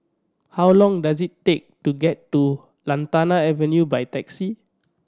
how long does it take to get to Lantana Avenue by taxi